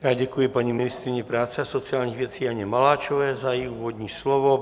Já děkuji paní ministryni práce a sociálních věcí Janě Maláčové za její úvodní slovo.